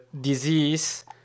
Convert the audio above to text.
disease